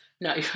No